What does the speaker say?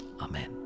amen